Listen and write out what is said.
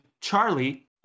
Charlie